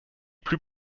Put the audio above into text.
plus